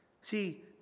See